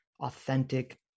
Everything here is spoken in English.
authentic